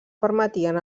permetien